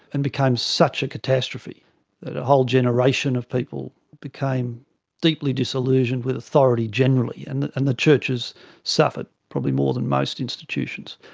and became such a catastrophe that a whole generation of people became deeply disillusioned with authority generally, and and the churches suffered probably more than most institutions.